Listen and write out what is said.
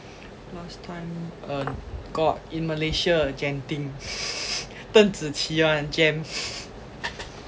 last time en~ got in Malaysia genting deng zi qi one gem